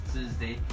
Tuesday